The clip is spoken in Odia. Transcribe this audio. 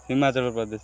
ହିମାଚଳ ପ୍ରଦେଶ